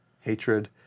hatred